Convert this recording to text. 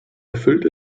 erfüllt